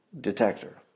detector